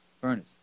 furnace